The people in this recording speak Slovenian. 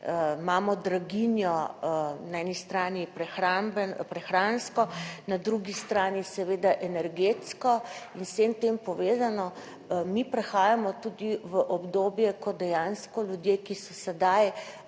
Imamo draginjo na eni strani prehransko, na drugi strani seveda energetsko. In vsem tem povedano, mi prehajamo tudi v obdobje, ko dejansko ljudje, ki so sedaj